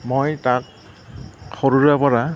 মই তাক সৰুৰে পৰা